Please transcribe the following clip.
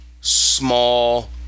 small